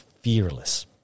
fearless